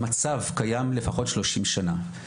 המצב קיים לפחות 30 שנה,